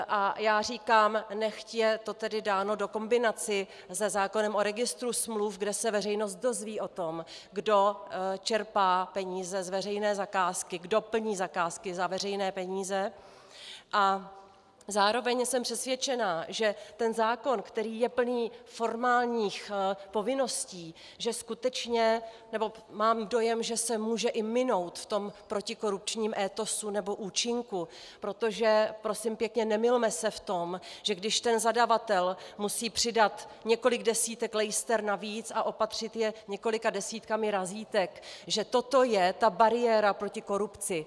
A já říkám, nechť je to tedy dáno do kombinace se zákonem o registru smluv, kde se veřejnost dozví o tom, kdo čerpá peníze z veřejné zakázky, kdo plní zakázky za veřejné peníze, a zároveň jsem přesvědčena, že ten zákon, který je plný formálních povinností, že skutečně, mám dojem, se může i minout v tom protikorupčním étosu nebo účinku, protože, prosím pěkně, nemylme se v tom, že když zadavatel musí přidat několik desítek lejster navíc a opatřit je několika desítkami razítek, že toto je ta bariéra proti korupci.